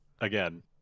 again